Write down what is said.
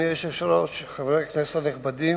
אדוני היושב-ראש, חברי הכנסת הנכבדים,